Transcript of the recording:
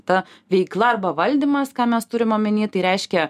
ta veikla arba valdymas ką mes turim omeny tai reiškia